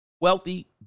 wealthy